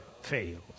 fails